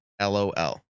LOL